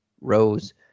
Rose